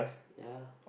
ya